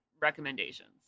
recommendations